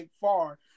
far